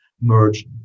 merge